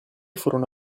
furono